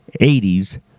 80s